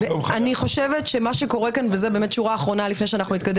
מה שקורה כאן וזאת באמת שורה אחרונה לפני שנתקדם